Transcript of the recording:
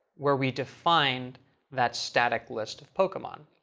where we defined that static list of pokemon.